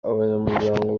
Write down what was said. abanyamuryango